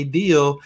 deal